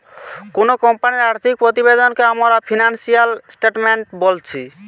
কুনো কোম্পানির আর্থিক প্রতিবেদনকে আমরা ফিনান্সিয়াল স্টেটমেন্ট বোলছি